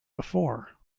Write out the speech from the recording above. before